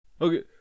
Okay